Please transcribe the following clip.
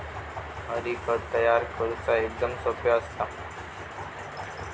हरी, खत तयार करुचा एकदम सोप्पा असता